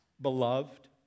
beloved